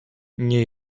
nie